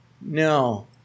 No